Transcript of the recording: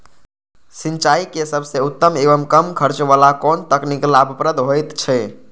सिंचाई के सबसे उत्तम एवं कम खर्च वाला कोन तकनीक लाभप्रद होयत छै?